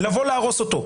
לבוא להרוס אותו,